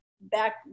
back